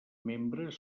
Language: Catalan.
membres